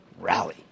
rally